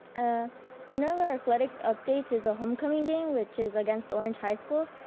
ah one of our athletic updates is a homecoming game which is against orange high school,